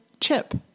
Chip